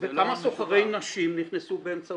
וכמה סוחרי נשים נכנסו באמצעות החוק הזה?